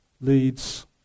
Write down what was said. leads